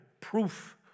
proof